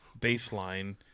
baseline